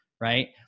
right